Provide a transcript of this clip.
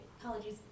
Apologies